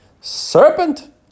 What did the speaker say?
Serpent